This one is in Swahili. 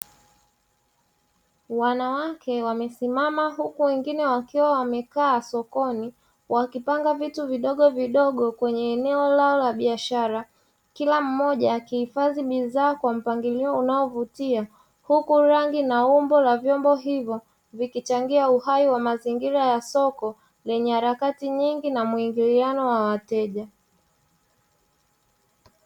Wanawake wamesimama huku wengine wakiwa wamekaa sokoni wakipanga vitu vidovidogo kwenye eneo lao la biashara, kila mmoja akihifadhi bidhaa kwa mpangilio unaovutia huku rangi na umbo la vyombo hivyo vikichangia uhai wa mazingira ya soko lenye harakati nyingi na muingiliano wa wateja.